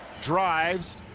drives